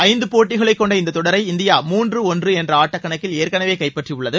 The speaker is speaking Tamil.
ஐந்து போட்டிகளைக் கொண்ட இந்த தொடரை இந்தியா மூன்றுக்கு ஒன்று என்ற ஆட்டக்கணக்கில் ஏற்கனவே கைப்பற்றியுள்ளது